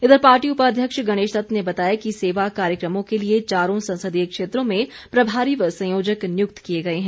इधर पार्टी उपाध्यक्ष गणेश दत्त ने बताया कि सेवा कार्यक्रमों के लिए चारों संसदीय क्षेत्रों में प्रभारी व संयोजक नियुक्त किए गए हैं